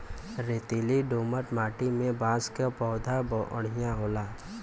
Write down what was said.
रेतीली दोमट माटी में बांस क पौधा बढ़िया से होला